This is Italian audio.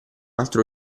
altro